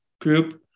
group